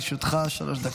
לרשותך שלוש דקות.